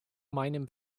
meinem